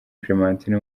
clementine